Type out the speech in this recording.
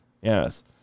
Yes